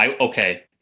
Okay